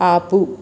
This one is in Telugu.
ఆపు